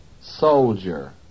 soldier